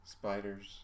Spiders